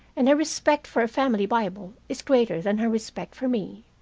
and her respect for a family bible is greater than her respect for me.